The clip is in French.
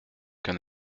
qu’un